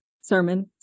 sermon